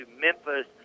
Memphis